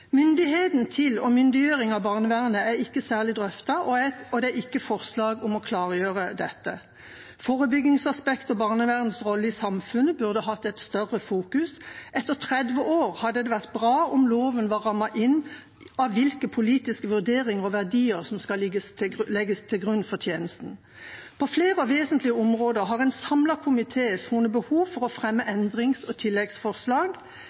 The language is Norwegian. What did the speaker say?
Myndigheten til og myndiggjøring av barnevernet er ikke særlig drøftet, og det er ikke forslag om å klargjøre dette. Forebyggingsaspektet og barnevernets rolle i samfunnet burde hatt et sterkere fokus. Etter 30 år hadde det vært bra om loven var rammet inn av hvilke politiske vurderinger og verdier som skal legges til grunn for tjenesten. På flere og vesentlige områder har en samlet komité funnet behov for å fremme endrings- og tilleggsforslag,